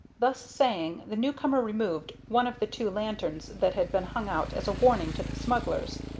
thus saying, the new-comer removed one of the two lanterns that had been hung out as a warning to the smugglers,